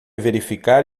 verificar